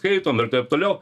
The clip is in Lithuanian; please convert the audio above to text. skaitom ir taip toliau